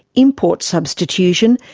import substitution,